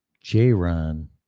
J-Ron